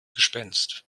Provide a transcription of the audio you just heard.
gespenst